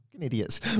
Idiots